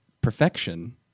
perfection